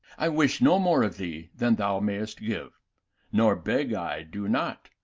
i wish no more of thee than thou maist give nor beg i do not,